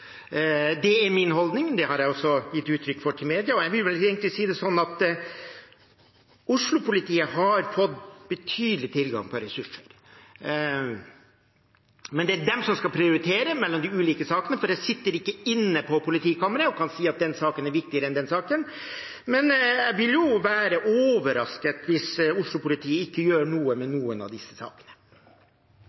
Det er min holdning, det har jeg også gitt uttrykk for til media. Oslo-politiet har fått betydelig tilgang på ressurser. Men det er de som skal prioritere mellom de ulike sakene, for jeg sitter ikke på politikamrene og kan si at den ene saken er viktigere enn den andre. Men jeg vil være overrasket hvis Oslo-politiet ikke gjør noe med noen av disse sakene.